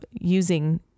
using